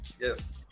Yes